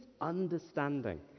understanding